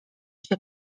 się